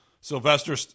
Sylvester